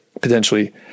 potentially